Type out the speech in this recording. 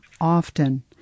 often